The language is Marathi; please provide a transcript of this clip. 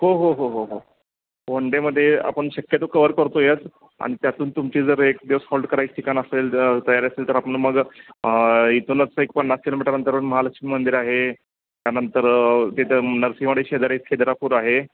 हो हो हो हो वन डेमध्ये आपण शक्यतो कव्हर करतो याच आणि त्यातून तुमची जर एक दिवस हॉल्ट करायची ठिकाण असेल तयारी असेल तर आपण मग इथूनच एक पन्नास किलोमीटर अंतरावर महालक्ष्मी मंदिर आहे त्यानंतर तिथं नरसिंहवाडी शेजारी खिद्रापूर आहे